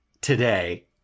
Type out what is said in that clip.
today